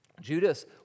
Judas